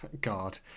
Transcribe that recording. God